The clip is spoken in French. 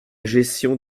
gestion